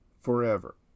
forever